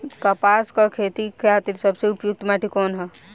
कपास क खेती के खातिर सबसे उपयुक्त माटी कवन ह?